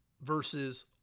versus